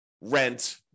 rent